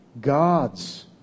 God's